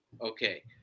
Okay